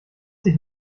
sich